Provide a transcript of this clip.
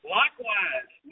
likewise